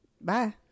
Bye